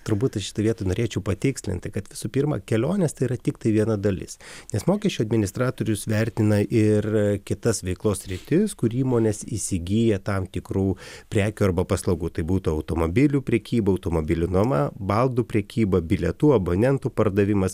turbūt toj vietoj norėčiau patikslinti kad visų pirma kelionės tai yra tiktai viena dalis nes mokesčių administratorius vertina ir kitas veiklos sritis kur įmonės įsigyja tam tikrų prekių arba paslaugų tai būtų automobilių prekyba automobilių nuoma baldų prekyba bilietų abonentų pardavimas